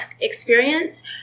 experience